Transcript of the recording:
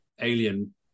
alien